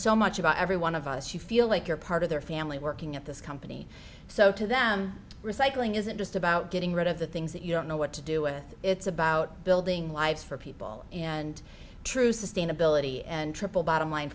so much about every one of us you feel like you're part of their family working at this company so to them recycling isn't just about getting rid of the things that you don't know what to do with it's about building lives for people and true sustainability and triple bottom line